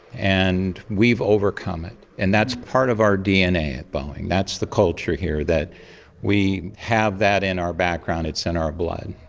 and we've overcome it, and that's part of our dna at boeing, that's the culture here, that we have that in our background, it's in our blood.